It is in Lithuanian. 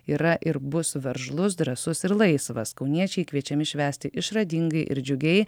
yra ir bus veržlus drąsus ir laisvas kauniečiai kviečiami švęsti išradingai ir džiugiai